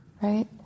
right